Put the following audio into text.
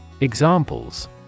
Examples